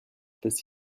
bis